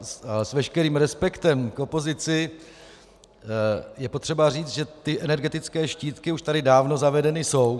A s veškerým respektem k opozici je potřeba říct, že energetické štítky už tady dávno zavedeny jsou.